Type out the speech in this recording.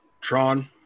Tron